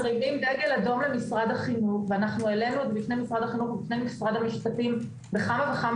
אנחנו העלינו בפני משרד החינוך ובפני משרד המשפטים בכמה וכמה